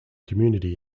community